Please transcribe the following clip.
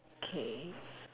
K